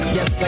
Yes